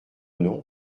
nom